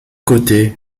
côté